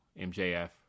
MJF